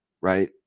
Right